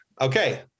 Okay